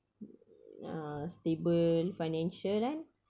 uh stable financial eh